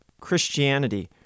Christianity